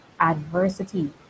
adversity